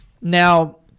Now